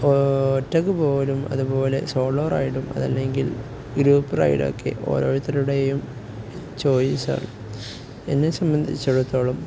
ഒറ്റക്ക് പോലും അതുപോലെ സോളോ റൈഡും അതല്ലെങ്കിൽ ഗ്രൂപ്പ് റൈഡൊക്കെ ഓരോരുത്തരുടെയും ചോയ്സാണ് എന്നെ സംബന്ധിച്ചിടത്തോളം